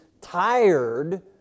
tired